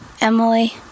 Emily